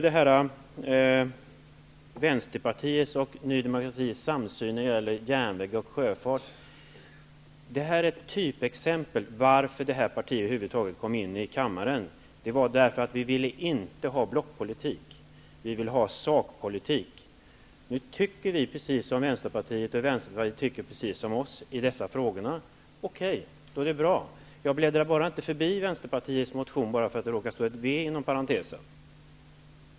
Beträffande Ny demokratis och Vänsterpartiets samsyn när det gäller järnväg och sjöfart vill jag säga att det är ett typexempel som visar varför vårt parti över huvud taget kom in i kammaren: Vi vill inte ha blockpolitik; vi vill ha sakpolitik. Nu tycker vi precis som Vänsterpartiet, och Vänsterpartiet tycker precis som vi i dessa frågor -- okej; då är det bra. Jag bläddrar inte bara förbi Vänsterpartiets motion för att det råkar stå ett ''v'' inom parentesen.